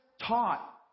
taught